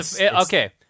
Okay